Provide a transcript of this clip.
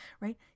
right